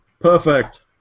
Perfect